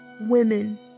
women